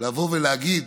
לבוא ולהגיד